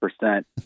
percent